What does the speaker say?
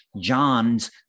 John's